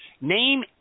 Name